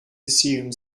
assumes